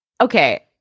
Okay